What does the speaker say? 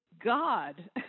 God